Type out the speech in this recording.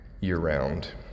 year-round